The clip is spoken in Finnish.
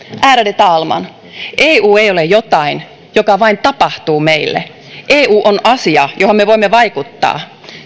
ärade talman eu ei ole jotain joka vain tapahtuu meille eu on asia johon me voimme vaikuttaa